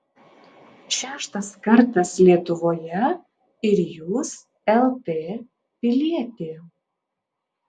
šeštas kartas lietuvoje ir jūs lt pilietė